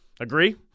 Agree